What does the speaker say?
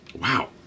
Wow